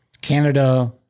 Canada